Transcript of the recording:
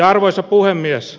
arvoisa puhemies